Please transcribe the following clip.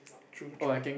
true true